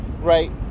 right